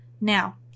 Now